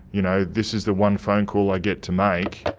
you know, this is the one phone call i get to make.